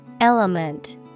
Element